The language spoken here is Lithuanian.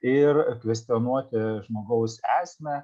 ir kvestionuoti žmogaus esmę